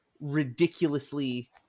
ridiculously